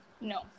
No